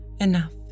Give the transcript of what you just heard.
Enough